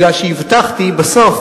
כי הבטחתי בסוף,